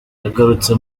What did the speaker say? yagarutse